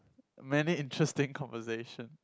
many interesting conversation